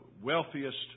wealthiest